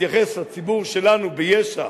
התייחס לציבור שלנו ביש"ע